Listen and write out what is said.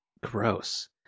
Gross